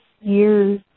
years